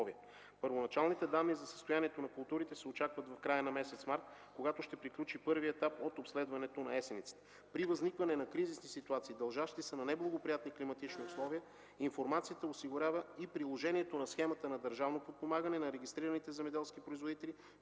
Първоначалните данни за състоянието на културите се очакват в края на месец март, когато ще приключи първият етап от обследването на есенниците. При възникване на кризисни ситуации, дължащи се на неблагоприятни климатични условия, информацията осигурява и приложението на схемата на държавно подпомагане на регистрираните земеделски производители.